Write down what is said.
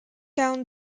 down